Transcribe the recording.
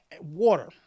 water